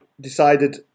decided